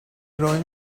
ارائه